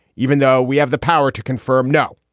even though we have the power to confirm, no,